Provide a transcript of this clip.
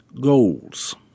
Goals